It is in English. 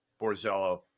Borzello